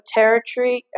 territory